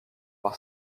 par